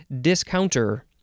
Discounter